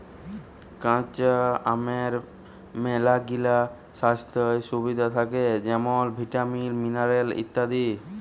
কাঁচা আমের ম্যালাগিলা স্বাইস্থ্য সুবিধা থ্যাকে যেমল ভিটামিল, মিলারেল ইত্যাদি